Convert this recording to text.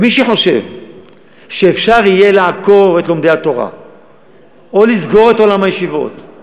מי שחושב שאפשר יהיה לעקור את לומדי התורה או לסגור את עולם הישיבות,